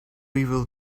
will